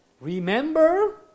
Remember